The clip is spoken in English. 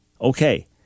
Okay